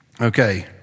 Okay